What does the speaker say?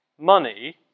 money